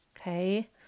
Okay